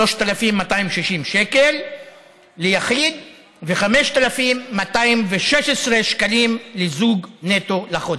3,260 שקל ליחיד ו-5,216 שקלים לזוג נטו לחודש.